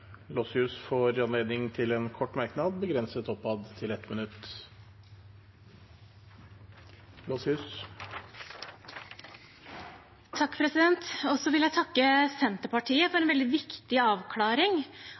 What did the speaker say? Lossius har hatt ordet to ganger tidligere i debatten og får ordet til en kort merknad begrenset til 1 minutt. Jeg vil takke Senterpartiet for en veldig viktig avklaring,